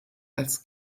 als